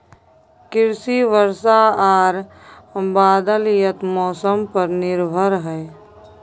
कृषि वर्षा आर बदलयत मौसम पर निर्भर हय